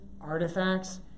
artifacts